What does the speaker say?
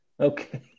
Okay